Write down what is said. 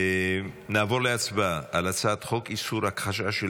נעבור להצבעה על הצעת חוק איסור הכחשה של